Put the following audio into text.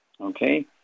okay